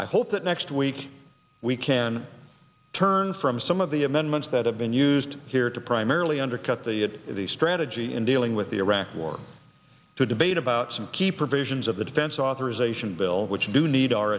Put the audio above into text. i hope that next week we can turn from some of the amendments that have been used here to primarily undercut the the strategy in dealing with the iraq war to debate about some key provisions of the defense authorization bill which do need our